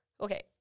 Okay